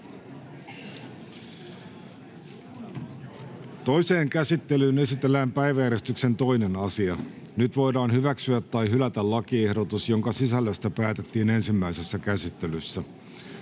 Toiseen käsittelyyn esitellään päiväjärjestyksen 9. asia. Nyt voidaan hyväksyä tai hylätä lakiehdotus, jonka sisällöstä päätettiin ensimmäisessä käsittelyssä.